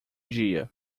dia